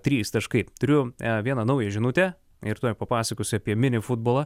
trys taškai turiu vieną nauja žinutę ir tuoj papasakosiu apie mini futbolą